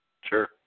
Sure